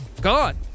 gone